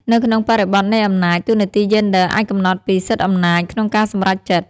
នៅក្នុងបរិបទនៃអំណាច តួនាទីយេនឌ័រអាចកំណត់ពី សិទ្ធិអំណាច ក្នុងការសម្រេចចិត្ត។